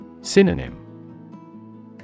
Synonym